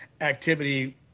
activity